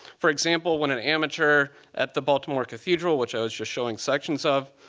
for example, when an amateur at the baltimore cathedral, which i was just showing sections of,